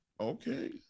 okay